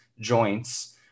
joints